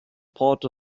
part